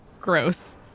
Gross